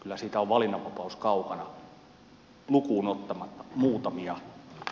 kyllä siitä on valinnanvapaus kaukana lukuun ottamatta muutamia